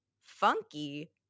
funky